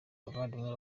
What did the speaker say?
abavandimwe